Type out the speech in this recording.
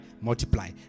multiply